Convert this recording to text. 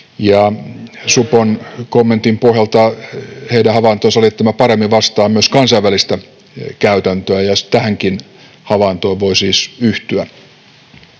Supon kommentin pohjalta — heidän havaintonsa oli, että tämä paremmin vastaa myös kansainvälistä käytäntöä, ja tähänkin havaintoon voi siis yhtyä.